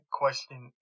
question